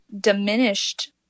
diminished